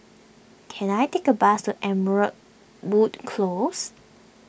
can I take a bus to Amberwood Close